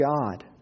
God